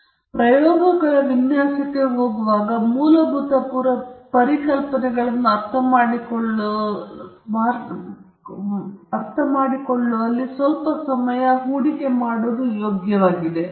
ಆದ್ದರಿಂದ ನಾವು ಪ್ರಯೋಗಗಳ ವಿನ್ಯಾಸಕ್ಕೆ ಹೋಗುವಾಗ ಮೂಲಭೂತ ಪರಿಕಲ್ಪನೆಗಳನ್ನು ಅರ್ಥಮಾಡಿಕೊಳ್ಳುವಲ್ಲಿ ಸ್ವಲ್ಪ ಸಮಯ ಹೂಡಿಕೆ ಮಾಡುವುದು ನಿಜವಾಗಿಯೂ ಯೋಗ್ಯವಾಗಿದೆ